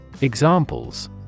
examples